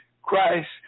Christ